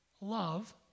love